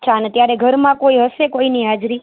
અચ્છા અને ત્યારે ઘરમાં કોઈ હશે કોઈની હાજરી